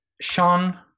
Sean